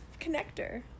connector